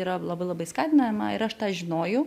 yra labai labai skatinama ir aš tą žinojau